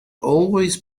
always